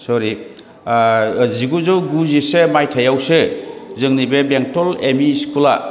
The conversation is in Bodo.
सरि जिगुजौ गुजिसे मायथाइआवसो जोंनि बे बेंटल एमइ स्कुला